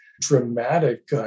dramatic